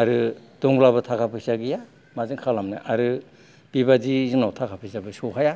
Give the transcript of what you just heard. आरो दंब्लाबो थाखा फैसा गैया माजों खालामनो आरो बेबादि जोंनाव थाखा फैसाबो सौहाया